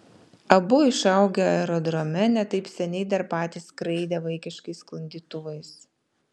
abu išaugę aerodrome ne taip seniai dar patys skraidę vaikiškais sklandytuvais